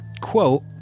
quote